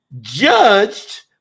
judged